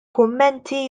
kummenti